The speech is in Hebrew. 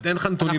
אין לך נתונים,